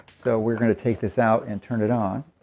so we're going to take this out and turn it on.